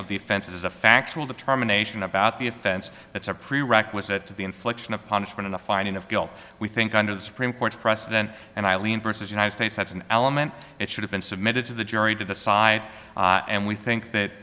of the offense is a factual determination about the offense that's a prerequisite to the infliction of punishment in a finding of guilt we think under the supreme court's precedent and eileen versus united states that's an element that should have been submitted to the jury to decide and we think that